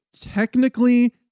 technically